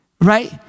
right